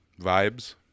vibes